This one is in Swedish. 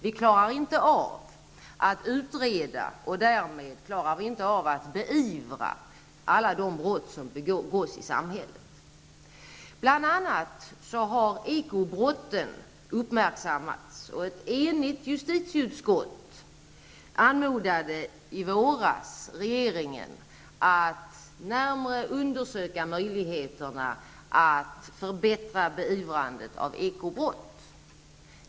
Vi klarar inte av att utreda och därmed kan vi inte beivra alla de brott som begås i samhället. Ekobrotten, bl.a., har uppmärksammats. Ett enigt justitieutskott anmodade i våras regeringen att närmare undersöka möjligheten att effektivisera beivrandet vid eko-brott.